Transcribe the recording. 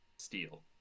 Steal